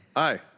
aye.